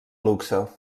luxe